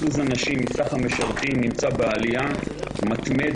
אחוז הנשים מסך המשרתים נמצא בעלייה מתמדת